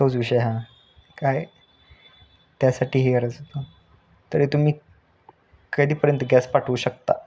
तोच विषय हा काय त्यासाठी हे गरज होतं तरी तुम्ही कधीपर्यंत गॅस पाठवू शकता